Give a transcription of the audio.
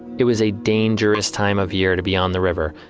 it was a dangerous time of year to be on the river.